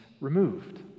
removed